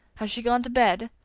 has she gone to bed?